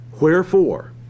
Wherefore